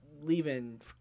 leaving